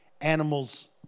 animals